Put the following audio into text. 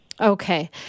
Okay